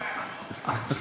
רד כבר, נו.